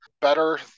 Better